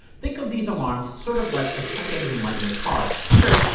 think of these alarms sort of like a check engine light in your car. sure,